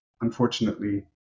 unfortunately